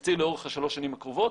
שנקציב לאורך שלוש השנים הקרובות.